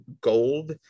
gold